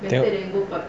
tengok